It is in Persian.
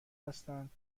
هستند